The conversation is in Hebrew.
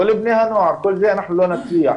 על כל בני הנוער אנחנו לא נצליח.